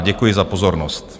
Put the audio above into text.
Děkuji za pozornost.